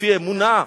לפי אמונה,